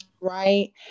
Right